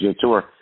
Tour